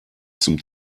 zum